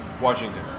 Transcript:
Washington